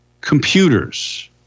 computers